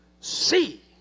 See